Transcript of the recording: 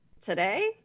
today